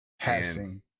passing